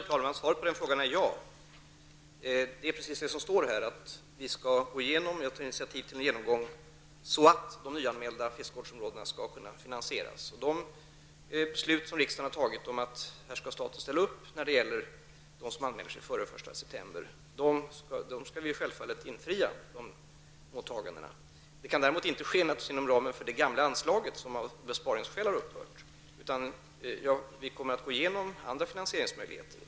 Herr talman! Svaret på den frågan är ja. Det är precis detta som står i svaret, nämligen att jag skall ta initiativ till en genomgång så att de nyanmälda fiskevårdsområdena skall kunna finansieras. De åtaganden, som riksdagen beslöt om att staten skall ställa upp med när det gäller dem som anmäler sig före den 1 september, skall självfallet infrias. Det kan däremot naturligtvis inte ske inom ramen för det gamla anslaget, som av besparingsskäl har upphört, utan vi kommer att gå igenom andra finansieringsmöjligheter.